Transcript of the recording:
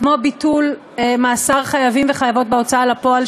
כמו ביטול מאסר חייבים וחייבות בהוצאה לפועל,